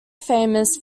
famous